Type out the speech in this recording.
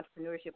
entrepreneurship